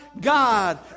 God